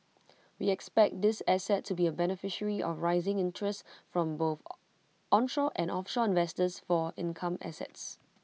we expect this asset to be A beneficiary of rising interests from both onshore and offshore investors for income assets